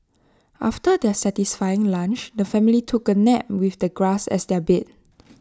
after their satisfying lunch the family took A nap with the grass as their bed